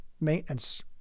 maintenance